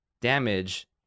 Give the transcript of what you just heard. damage